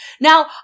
now